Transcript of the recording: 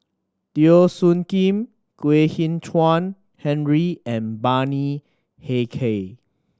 Teo Soon Kim Kwek Hian Chuan Henry and Bani Haykal